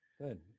Good